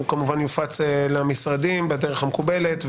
הוא כמובן יופץ למשרדים בדרך המקובלת,